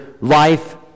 life